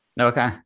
Okay